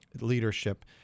leadership